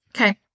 Okay